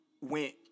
went